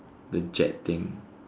the jet thing